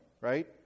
right